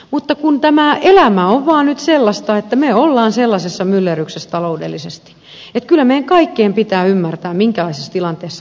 mutta kun tämä elämä on vaan nyt sellaista että me olemme sellaisessa myllerryksessä taloudellisesti että kyllä meidän kaikkien pitää ymmärtää minkälaisessa tilanteessa me elämme